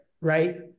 right